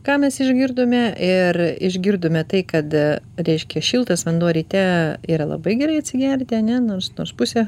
ką mes išgirdome ir išgirdome tai kad reiškia šiltas vanduo ryte yra labai gerai atsigerti ane nors nors pusė